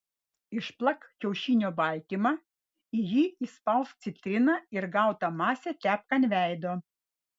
išplak kiaušinio baltymą į jį išspausk citriną ir gautą masę tepk ant veido